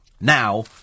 now